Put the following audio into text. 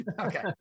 okay